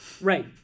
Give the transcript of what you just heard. Right